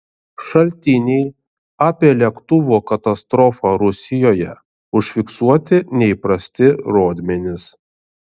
šaltiniai apie lėktuvo katastrofą rusijoje užfiksuoti neįprasti rodmenys